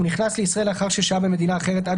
הוא נכנס לישראל לאחר ששהה במדינה אחרת עד